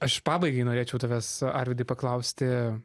aš pabaigai norėčiau tavęs arvydai paklausti